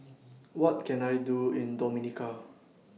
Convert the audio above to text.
What Can I Do in Dominica